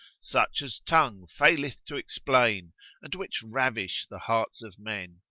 such as tongue faileth to explain and which ravish the hearts of men.